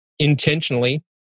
intentionally